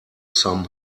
sum